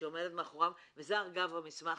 שעומדת מאחוריו, וזה המסמך